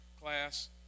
class